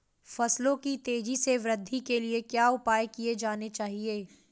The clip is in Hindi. फसलों की तेज़ी से वृद्धि के लिए क्या उपाय किए जाने चाहिए?